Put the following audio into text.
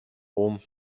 rom